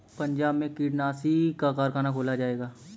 पंजाब में कीटनाशी का कारख़ाना खोला जाएगा